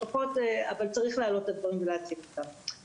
צריך להעלות את הדברים ולהציף אותם.